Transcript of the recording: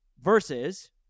versus